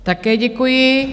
Také děkuji.